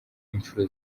inshuro